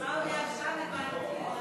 עיסאווי, עכשיו הבנתי.